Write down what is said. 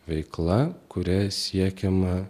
veikla kuria siekiama